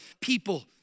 people